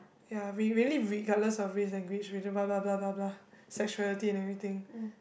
ya we really regardless of race and grace we just blah blah blah blah blah sexuality and everything